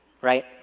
right